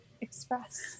express